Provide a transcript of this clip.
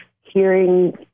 hearing